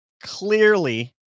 clearly